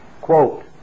Quote